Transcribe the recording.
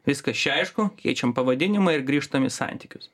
viskas čia aišku keičiam pavadinimą ir grįžtam į santykius